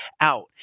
out